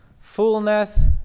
fullness